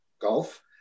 golf